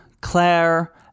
Claire